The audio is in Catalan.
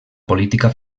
política